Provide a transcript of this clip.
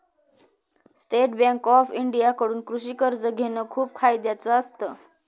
state Bank of India कडून कृषि कर्ज घेण खूप फायद्याच असत